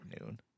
noon